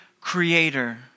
creator